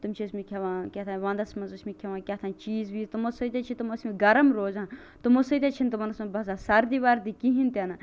تِم چھِ ٲسمتۍ کھیٚوان کیاہ تھانٛۍ وندس مَنٛز ٲسمتۍ کھیٚوان کیاہ تھانٛۍ چیٖز ویٖز تمو سۭتۍ حظ چھِ تِم ٲسمتۍ گرم روزان تمو سۭتۍ حظ چھَ نہٕ تمن ٲسمٕژ باسان سردی وردی کِہیٖنۍ تہٕ نہٕ